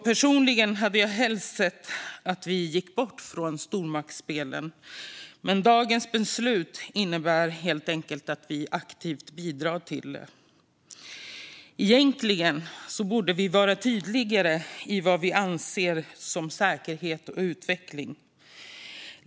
Personligen hade jag helst sett att vi gick bort från stormaktsspelen. Men dagens beslut innebär helt enkelt att vi aktivt bidrar till dem. Egentligen borde vi vara tydligare med vad vi ser som säkerhet och utveckling.